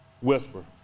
whisper